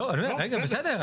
לא, רגע, בסדר.